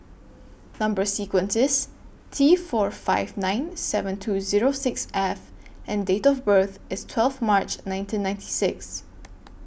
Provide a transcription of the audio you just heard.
Number sequence IS T four five nine seven two Zero six F and Date of birth IS twelve March nineteen ninety six